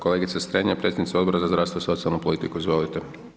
Kolega Strenja, predsjednica Odbora za zdravstvo i socijalnu politiku, izvolite.